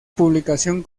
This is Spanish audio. publicación